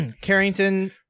Carrington